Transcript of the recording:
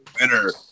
winner